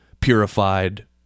purified